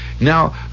Now